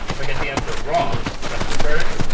if i get the answer wrong, press return,